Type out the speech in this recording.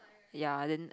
ya then